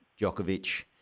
Djokovic